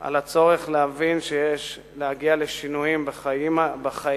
על הצורך להבין שיש להגיע לשינויים בחיים